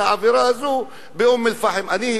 היו באום-אל-פחם, אה.